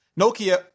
Nokia